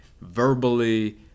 verbally